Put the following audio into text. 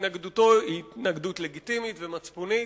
והתנגדותו היא התנגדות לגיטימית ומצפונית.